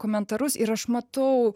komentarus ir aš matau